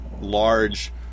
large